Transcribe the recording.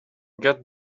get